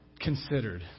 considered